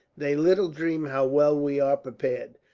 they little dream how well we are prepared.